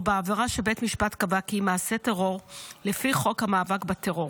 או בעבירה שבית משפט קבע כי היא מעשה טרור לפי חוק המאבק בטרור.